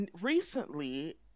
recently